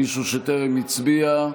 מישהו שטרם הצביע?